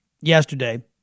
yesterday